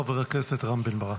חבר הכנסת רם בן ברק.